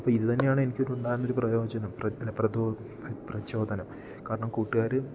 അപ്പം ഇത് തന്നെയാണ് എനിക്കൊരു ഉണ്ടാകുന്നൊരു പ്രയോജനം പ്രചോദനം കാരണം കൂട്ടുകാർ